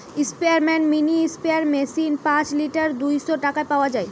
স্পেয়ারম্যান mini sprayer machine পাঁচ litre দুইশ টাকায় পাওয়া যায়